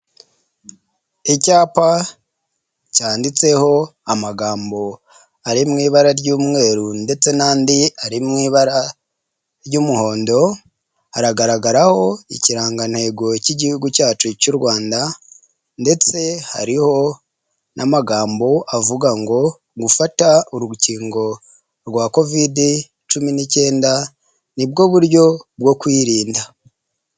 Icyapa cyanditseho amagambo ari mu ibara ry'umweru ndetse n'andi ari mu ibara ry'umuhondo, haragaragaraho ikirangantego cy'igihugu cyacu cy'u Rwanda ndetse hariho n'amagambo avuga ngo gufata urukingo rwa kovidi cumi n'icyenda nibwo buryo bwo kwirinda.